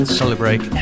celebrate